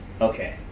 Okay